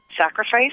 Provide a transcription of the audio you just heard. sacrifice